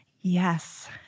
Yes